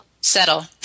Settle